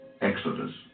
Exodus